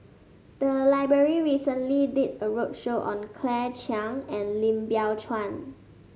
the library recently did a roadshow on Claire Chiang and Lim Biow Chuan